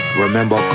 Remember